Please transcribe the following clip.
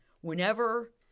Whenever